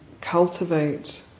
cultivate